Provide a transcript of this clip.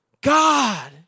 God